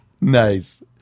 Nice